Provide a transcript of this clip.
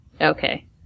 Okay